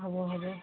হ'ব হ'ব